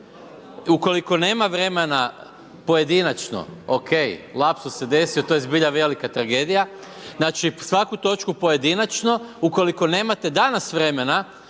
ukoliko nema vremena pojedinačno, ok, lapsus se desio, to je zbilja velika tragedija, znači svaku točku pojedinačno, ukoliko nemate danas vremena,